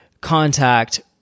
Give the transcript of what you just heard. contact